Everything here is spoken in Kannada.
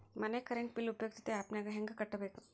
ಮನೆ ಕರೆಂಟ್ ಬಿಲ್ ಉಪಯುಕ್ತತೆ ಆ್ಯಪ್ ನಾಗ ಹೆಂಗ ಕಟ್ಟಬೇಕು?